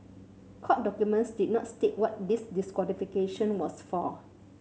court documents did not state what this disqualification was for